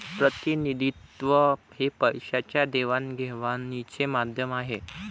प्रतिनिधित्व हे पैशाच्या देवाणघेवाणीचे माध्यम आहे